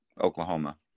Oklahoma